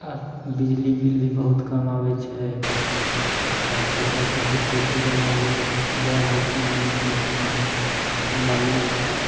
आओर बिजली बिल भी बहुत कम आबै छै ओकर बाद फसल क्षतिपूर्तिवला भी दै रहलखिन हँ नितीश कुमार लालूजी